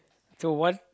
so what